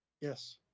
Yes